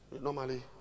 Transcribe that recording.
Normally